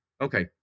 okay